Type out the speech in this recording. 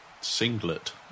singlet